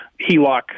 HELOC